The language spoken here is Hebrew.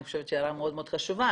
אני חושבת שההערה מאוד מאוד חשובה,